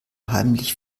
heimlich